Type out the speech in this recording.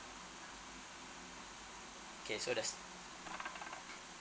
K so does